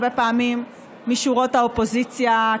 הרבה פעמים משורות האופוזיציה,